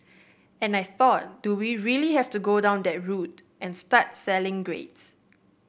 and I thought do we really have to go down that route and start selling grades